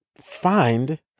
find